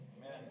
Amen